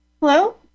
Hello